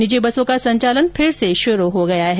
निजी बसों का संचालन फिर से शुरु हो गया है